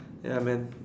ya man